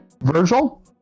Virgil